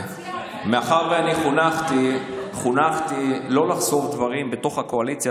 מאחר שאני חונכתי שלא לחשוף דברים בתוך הקואליציה,